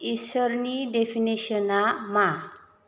इसोरनि डेफिनिसना मा